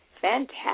Fantastic